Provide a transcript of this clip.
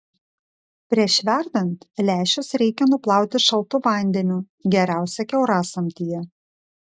prieš verdant lęšius reikia nuplauti šaltu vandeniu geriausia kiaurasamtyje